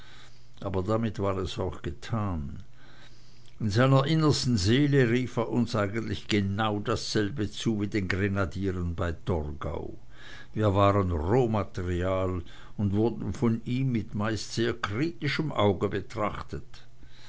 aber damit war es auch getan in seiner innersten seele rief er uns eigentlich genau dasselbe zu wie den grenadieren bei torgau wir waren rohmaterial und wurden von ihm mit meist sehr kritischem auge betrachtet